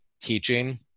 teaching